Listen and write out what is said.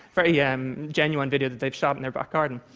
very yeah um genuine video that they've shot in their back garden.